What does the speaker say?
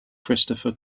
christopher